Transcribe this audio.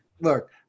Look